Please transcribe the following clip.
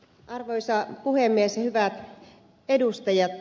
arvoisa puhemies ja hyvät edustajat